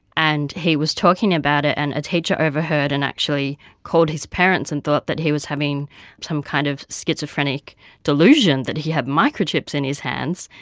and he was talking about it and a teacher overheard and actually called his parents and thought that he was having some kind of schizophrenic delusion, that he had microchips in his hands,